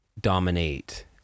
dominate